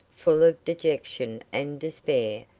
full of dejection and despair,